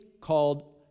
called